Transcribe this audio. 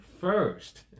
first